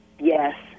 Yes